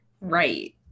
right